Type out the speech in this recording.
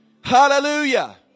Hallelujah